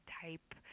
type